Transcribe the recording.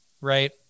right